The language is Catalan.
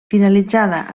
finalitzada